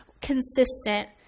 consistent